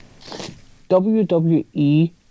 WWE